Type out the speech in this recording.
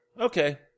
Okay